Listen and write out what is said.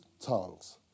tongues